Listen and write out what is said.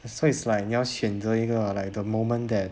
so it's like 你要选择一个 like the moment that